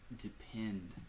depend